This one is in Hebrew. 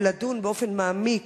לדון באופן מעמיק